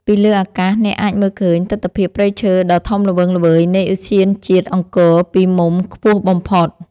ពីលើអាកាស អ្នកអាចមើលឃើញទិដ្ឋភាពព្រៃឈើដ៏ធំល្វឹងល្វើយនៃឧទ្យានជាតិអង្គរពីមុំខ្ពស់បំផុត។